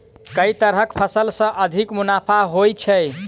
केँ तरहक फसल सऽ अधिक मुनाफा होइ छै?